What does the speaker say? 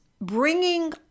bringing